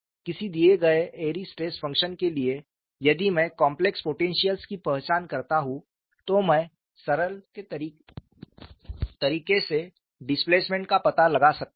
किसी दिए गए एयरी स्ट्रेस फंक्शन के लिए यदि मैं कॉम्प्लेक्स पोटेंशिअल्स की पहचान करता हूं तो मैं सरल के तरीके से डिस्प्लेसमेंट का पता लगा सकता हूं